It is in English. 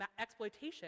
exploitation